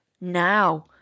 now